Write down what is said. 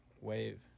wave